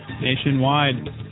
nationwide